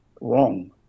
wrong